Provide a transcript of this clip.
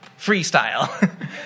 freestyle